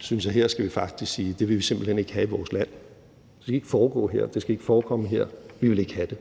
synes, at vi faktisk her skal sige: Det vil vi simpelt hen ikke have i vores land. Det skal ikke foregå her. Det skal ikke forekomme her. Vi vil ikke have det.